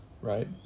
right